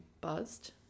buzzed